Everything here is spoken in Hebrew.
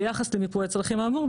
ביחס למיפוי הצרכים האמור,